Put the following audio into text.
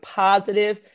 positive